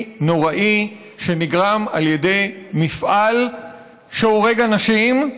נוראי שנגרם על ידי מפעל שהורג אנשים,